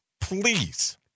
Please